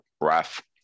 Raf